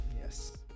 Yes